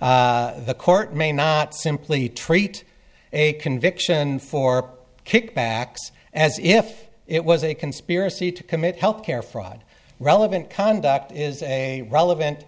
act the court may not simply treat a conviction for kickbacks as if it was a conspiracy to commit health care fraud relevant conduct is a relevant